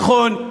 נכון,